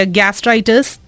gastritis